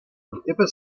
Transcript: whatever